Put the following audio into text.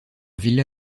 villa